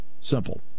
simple